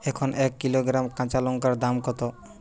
এখন এক কিলোগ্রাম কাঁচা লঙ্কার দাম কত?